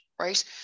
right